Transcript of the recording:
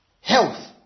health